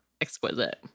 exquisite